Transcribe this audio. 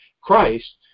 Christ